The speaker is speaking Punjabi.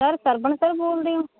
ਸਰ ਸਰਵਨ ਸਰ ਬੋਲਦੇ ਹੋ